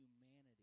humanity